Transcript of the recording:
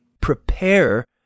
prepare